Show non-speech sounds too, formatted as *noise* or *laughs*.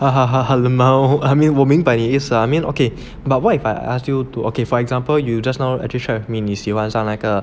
*laughs* LMAO I mean 我明白你意思 ah I mean okay but what if I ask you to okay for example you just now actually share with me 你喜欢